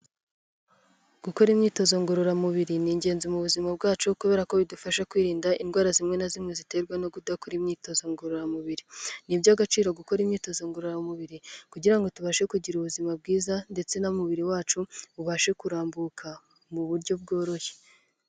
Gukora imyitozo ngororamubiri ni ingenzi mu buzima bwacu kubera ko bidufasha kwirinda indwara zimwe na zimwe ziterwa no kudakora imyitozo ngororamubiri, ni iby'agaciro gukora imyitozo ngororamubiri kugira ngo tubashe kugira ubuzima bwiza ndetse n'umubiri wacu ubashe kurambuka mu buryo bworoshye.